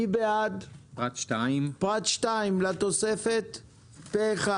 מי בעד אישור פרט 2 לתוספת הארבע-עשרה?